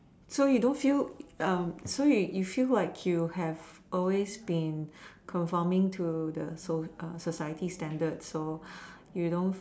so you don't feel um so you you feel like you have always been performing to the so~ society standard so you don't